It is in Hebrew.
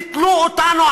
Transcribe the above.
תתלו אותנו,